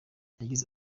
yagize